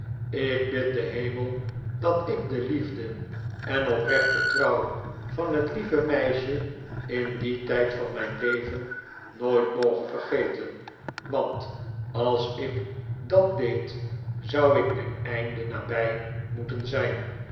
ik bid den hemel dat ik de liefde en oprechte trouw van het lieve meisje in dien tijd van mijn leven nooit moge vergeten want als ik dat deed zou ik mijn einde nabij moeten zijn